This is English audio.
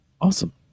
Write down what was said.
Awesome